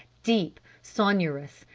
deep, sonorous,